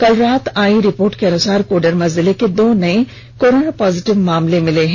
कल रात आयी रिपोर्ट के अनुसार कोडरमा जिले में दो नए कोरोना पॉजिटिव मामले मिले हैं